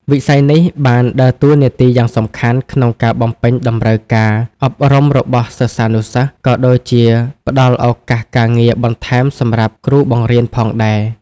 វិស័យនេះបានដើរតួនាទីយ៉ាងសំខាន់ក្នុងការបំពេញតម្រូវការអប់រំរបស់សិស្សានុសិស្ស ក៏ដូចជាផ្តល់ឱកាសការងារបន្ថែមសម្រាប់គ្រូបង្រៀនផងដែរ។